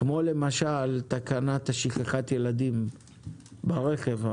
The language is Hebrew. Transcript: כמו תקנת שכחת ילדים ברכב.